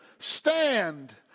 Stand